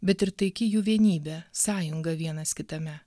bet ir taiki jų vienybė sąjunga vienas kitame